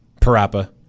Parappa